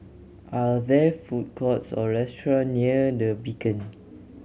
are there food courts or restaurant near The Beacon